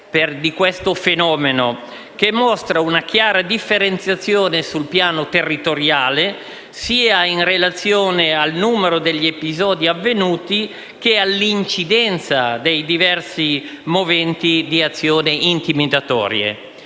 di questo fenomeno, che mostra una chiara differenziazione sul piano territoriale, sia in relazione al numero degli episodi avvenuti che all'incidenza dei diversi moventi di azioni intimidatorie.